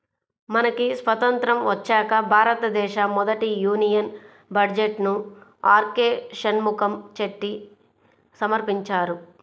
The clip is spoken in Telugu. మనకి స్వతంత్రం వచ్చాక భారతదేశ మొదటి యూనియన్ బడ్జెట్ను ఆర్కె షణ్ముఖం చెట్టి సమర్పించారు